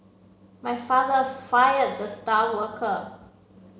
my father fire the star worker